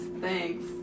Thanks